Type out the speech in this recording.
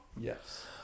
Yes